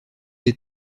des